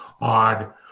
on